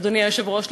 אדוני היושב-ראש,